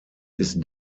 ist